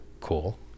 cool